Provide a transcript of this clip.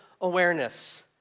awareness